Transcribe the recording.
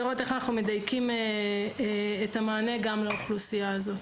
ולראות איך אנחנו מדייקים את המענה גם לאוכלוסייה הזאת.